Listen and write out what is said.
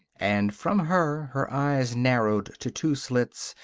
and from her, her eyes narrowed to two slits,